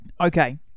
Okay